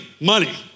money